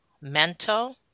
mental